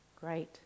great